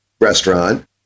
restaurant